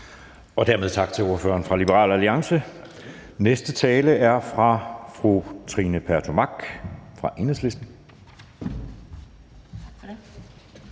Dermed tak til ordføreren for Liberal Alliance. Næste ordførertale er fra fru Trine Pertou Mach fra Enhedslisten.